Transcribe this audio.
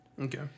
Okay